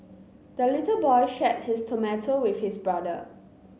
the little boy shared his tomato with his brother